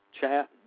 chat